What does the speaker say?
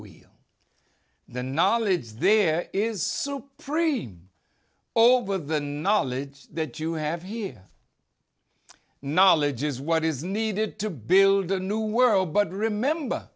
wheel the knowledge there is super premium over the knowledge that you have here knowledge is what is needed to build a new world but remember